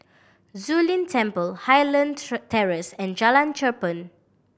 Zu Lin Temple Highland Terrace and Jalan Cherpen